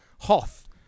Hoth